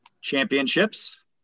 championships